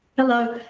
hello,